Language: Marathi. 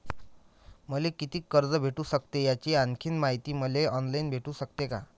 मले कितीक कर्ज भेटू सकते, याची आणखीन मायती मले ऑनलाईन भेटू सकते का?